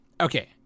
Okay